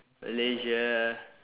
malaysia